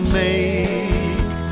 make